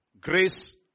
grace